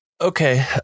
Okay